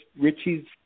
Richie's